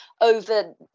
over